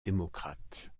démocrates